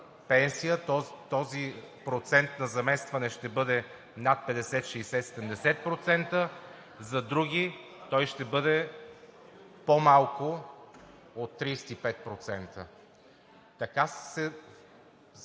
този процент на заместване ще бъде над 50 – 60 – 70%, за други той ще бъде по-малко от 35%. Така се